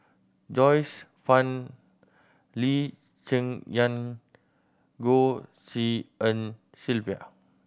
Joyce Fan Lee Cheng Yan Goh Tshin En Sylvia